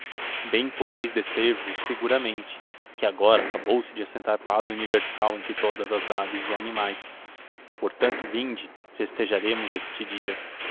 ao gallo bem podeis descer vos seguramente que agora acabou se de assentar paz universal entre todas as aves e animaes por tanto vinde festejaremos este dia